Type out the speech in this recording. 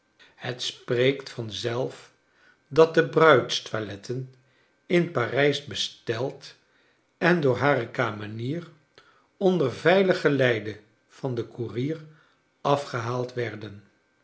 het spreekt van zelf dat de bruidstoiletten in farijs besteld en door hare kamenier onder veilig geleide van den koerier afgehaald werden